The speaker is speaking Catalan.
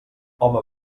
home